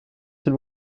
s’il